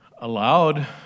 allowed